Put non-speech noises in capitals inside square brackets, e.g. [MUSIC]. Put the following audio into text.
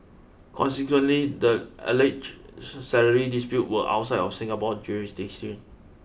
consequently the alleged [UNINTELLIGIBLE] salary disputes were outside Singapore jurisdiction